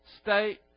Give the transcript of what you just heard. state